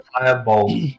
fireball